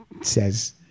says